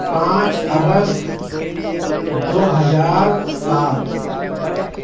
پانچ اگست دو ہزار سات